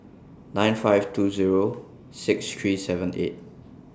nine five two Zero six three seven eight